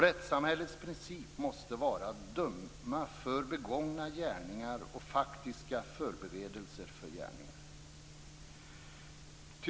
Rättssamhällets princip måste vara att döma för begångna gärningar och faktiska förberedelser för gärningar.